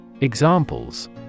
Examples